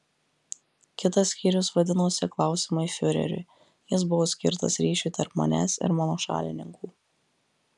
kitas skyrius vadinosi klausimai fiureriui jis buvo skirtas ryšiui tarp manęs ir mano šalininkų